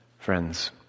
Friends